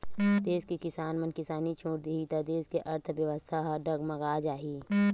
देस के किसान मन किसानी छोड़ देही त देस के अर्थबेवस्था ह डगमगा जाही